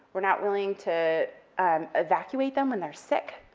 we're not willing to evacuate them when they're sick,